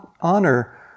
honor